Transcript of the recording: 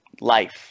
life